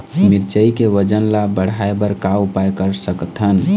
मिरचई के वजन ला बढ़ाएं बर का उपाय कर सकथन?